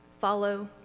follow